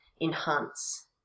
enhance